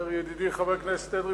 תודה.